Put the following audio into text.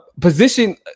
position